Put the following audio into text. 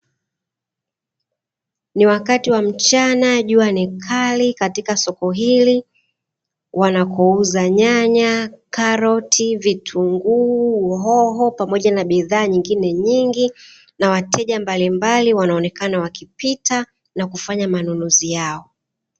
Ni wakati wa mchana jua ni kali katika soko hili wanakouza nyanya karoti, vitunguu hoho pamoja na bidhaa nyingine nyingi na wateja. mbalimbali wakipita na kufanya manunuzi yao.